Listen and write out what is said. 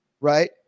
Right